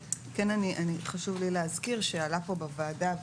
חשוב לי להזכיר שעלה כאן בוועדה,